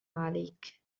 عليك